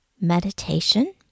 Meditation